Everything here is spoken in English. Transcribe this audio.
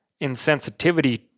insensitivity